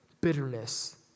bitterness